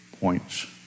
points